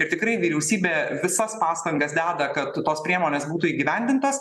ir tikrai vyriausybė visas pastangas deda kad tos priemonės būtų įgyvendintos